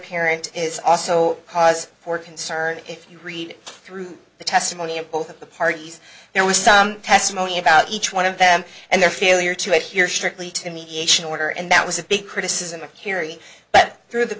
parent is also cause for concern if you read through the testimony of both of the parties there was some testimony about each one of them and their failure to appear strictly to mediation order and that was a big criticism of kerry but through the